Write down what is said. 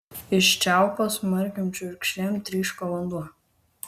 iš čiaupo smarkiom čiurkšlėm tryško vanduo